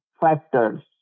factors